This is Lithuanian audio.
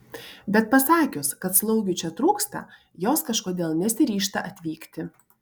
bet pasakius kad slaugių čia trūksta jos kažkodėl nesiryžta atvykti